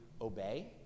obey